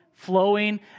Flowing